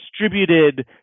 distributed